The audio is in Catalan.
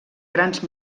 grans